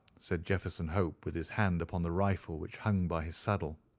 said jefferson hope, with his hand upon the rifle which hung by his saddle.